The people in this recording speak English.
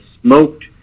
smoked